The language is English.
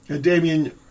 Damien